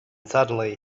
suddenly